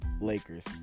Lakers